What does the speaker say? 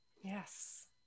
Yes